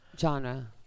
Genre